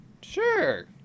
Sure